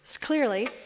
clearly